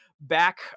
back